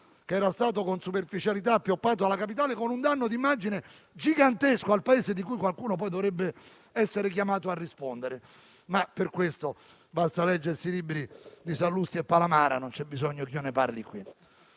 che era stato con superficialità appioppato alla Capitale, con un danno di immagine gigantesco al Paese di cui qualcuno poi dovrebbe essere chiamato a rispondere. Per questo, però, basta leggere i libri di Sallusti e Palamara, non c'è bisogno che io ne parli qui.